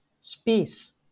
space